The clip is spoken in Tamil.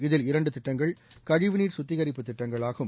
இதில் இரண்டு திட்டங்கள் கழிவுநீர் சுத்திகரிப்புத் திட்டங்கள் ஆகும்